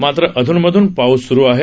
मात्र अधून मधून पाऊस सुरु आहे